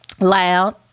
loud